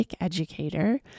educator